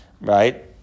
right